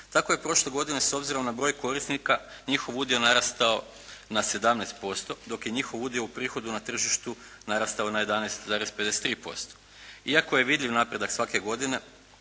Tako je prošle godine s obzirom na broj korisnika njihov udio narastao na 17% dok je njihov udio u prihodu na tržištu narastao na 11,53%. Iako je vidljiv napredak svake godine